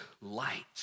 light